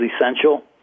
Essential